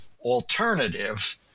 alternative